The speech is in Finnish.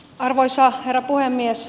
arvoisa herra puhemies